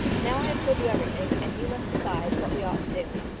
now i have told you everything, and you must decide what we ought to do.